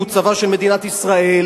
והוא צבא של מדינת ישראל,